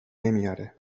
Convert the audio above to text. نمیاره